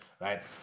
right